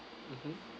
mmhmm